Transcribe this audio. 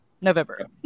November